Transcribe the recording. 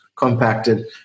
compacted